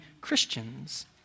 Christians